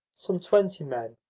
some twenty men,